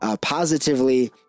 positively